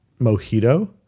mojito